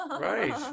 right